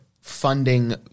funding –